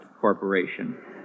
corporation